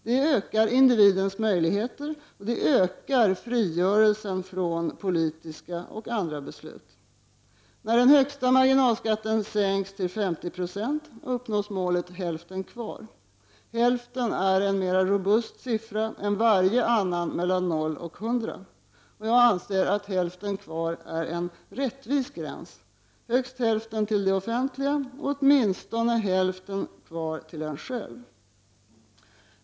Det ökar individens möjligheter, och det ökar frigörelsen från politiska och andra beslut. När den högsta marginalskatten sänks till 50 70 uppnås målet ”hälften kvar”. Hälften är en mer robust siffra än varje annan mellan 0 och 100 . Jag anser att hälften kvar är en rättvis gräns — högst hälften till det offentliga, åtminstone hälften kvar till en själv.